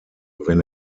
wenn